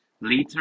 later